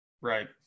Right